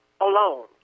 alone